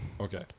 okay